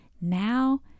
now